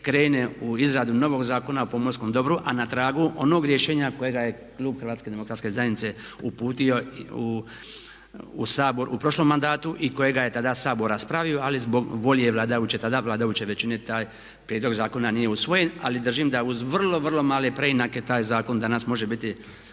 krene u izradu novog Zakona o pomorskom dobru, a na tragu onog rješenja kojega je klub Hrvatske demokratske zajednice uputio u Sabor u prošlom mandatu i kojega je tada Sabor raspravio, ali zbog volje vladajuće, tada vladajuće većine taj prijedlog zakona nije usvojen. Ali držim da uz vrlo, vrlo male preinake taj zakon danas može biti